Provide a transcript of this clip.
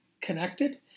connected